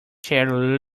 chair